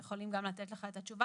הם יכולים גם לתת לך את התשובה,